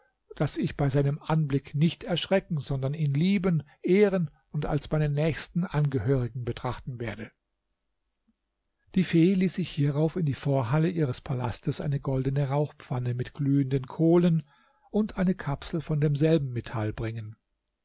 daß ich bei seinem anblick nicht erschrecken sondern ihn lieben ehren und als meinen nächsten angehörigen betrachten werde die fee ließ sich hierauf in die vorhalle ihres palastes eine goldene rauchpfanne mit glühenden kohlen und eine kapsel von demselben metall bringen